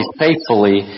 faithfully